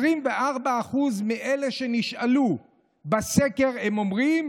24% מאלה שנשאלו בסקר אומרים